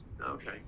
okay